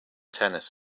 tennis